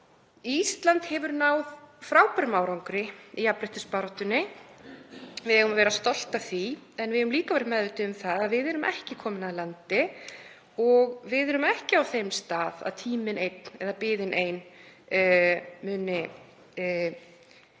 Ísland hefur náð frábærum árangri í jafnréttisbaráttunni, við eigum að vera stolt af því en við eigum líka að vera meðvituð um að við erum ekki komin að landi og við erum ekki á þeim stað að tíminn einn eða biðin ein muni skila